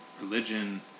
religion